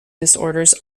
disorders